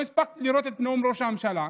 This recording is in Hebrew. לא הספקתי לשמוע את נאום ראש הממשלה,